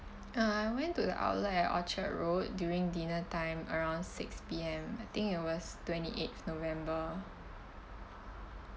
uh I went to the outlet at orchard road during dinner time around six P_M I think it was twenty eighth november